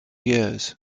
years